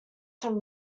some